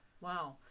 wow